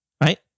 right